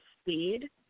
speed